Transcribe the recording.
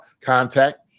contact